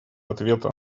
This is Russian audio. ответа